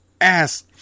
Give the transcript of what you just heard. Ass